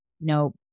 no